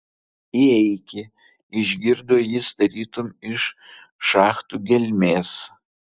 įeiki išgirdo jis tarytum iš šachtų gelmės